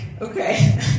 Okay